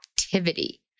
activity